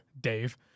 Dave